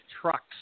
trucks